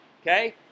okay